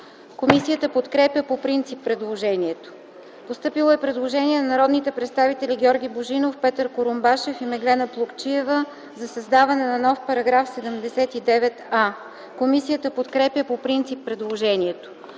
Комисията подкрепя по принцип предложението. Има предложение на народните представители Георги Божинов, Петър Курумбашев и Меглена Плугчиева за създаването на нов § 79а. Комисията подкрепя по принцип предложението.